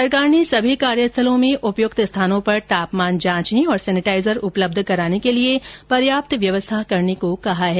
सरकार ने सभी कार्यस्थलों में उपयुक्त स्थानों पर तापमान जांचने और सेनिटाइजर उपलब्ध कराने के लिए पर्याप्त व्यवस्था करने को कहा है